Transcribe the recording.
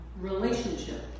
Relationship